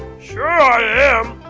sure i am!